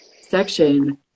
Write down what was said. section